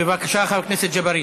בבקשה, חבר הכנסת ג'בארין.